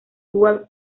dual